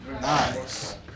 Nice